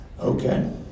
Okay